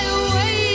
away